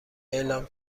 اعلام